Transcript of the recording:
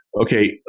okay